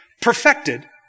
perfected